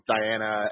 Diana